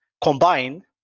combine